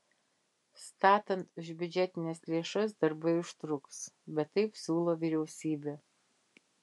statant už biudžetines lėšas darbai užtruks bet taip siūlo vyriausybė